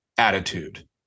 attitude